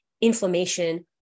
inflammation